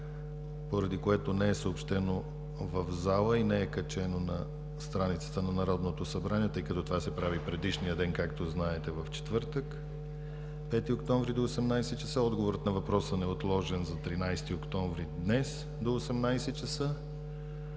поради което не е съобщено в залата и не е качено на страницата на Народното събрание, тъй като това се прави предишния ден, както знаете, в четвъртък, 5 октомври 2017 г., до 18,00 часа. Отговорът на въпроса е отложен за 13 октомври 2017 г.,